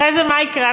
אחרי זה, מה יקרה?